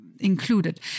included